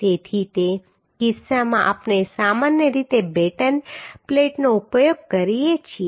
તેથી તે કિસ્સામાં આપણે સામાન્ય રીતે બેટન પ્લેટનો ઉપયોગ કરીએ છીએ